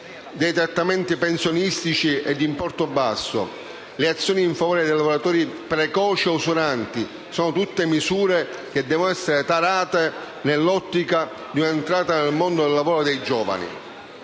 dei trattamenti pensionistici di importo basso, le azioni in favore dei lavoratori precoci e usuranti sono tutte misure che devono essere tarate nell'ottica di un'entrata nel mondo del lavoro dei giovani.